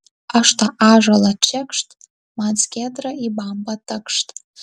aš tą ąžuolą čekšt man skiedra į bambą takšt